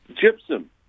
gypsum